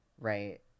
right